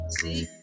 see